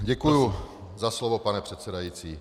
Děkuju za slovo, pane předsedající.